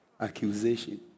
accusation